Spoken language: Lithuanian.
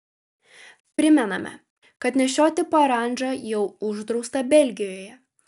primename kad nešioti parandžą jau uždrausta belgijoje